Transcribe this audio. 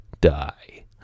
die